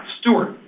Stewart